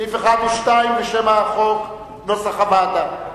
סעיף 1 ו-2 ושם החוק, כנוסח הוועדה.